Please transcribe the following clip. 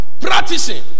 practicing